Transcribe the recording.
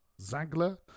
Zagler